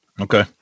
Okay